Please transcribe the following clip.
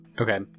Okay